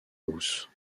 house